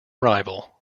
rival